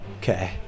Okay